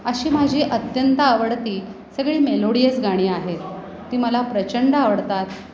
अशी माझी अत्यंत आवडती सगळी मेलोडियस गाणी आहेत ती मला प्रचंड आवडतात